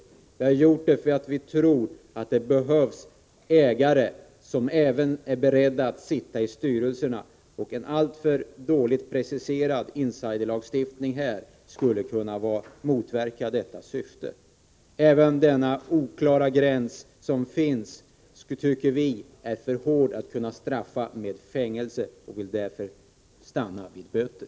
Detta har vi gjort för att vi tror att det behövs ägare som även är beredda att sitta i styrelserna, och en alltför dåligt preciserad ”insider”-lagstiftning skulle kunna motverka detta syfte. Även vid den oklara gräns som finns anser vi att fängelsestraff är för hårt och vill därför stanna vid böter.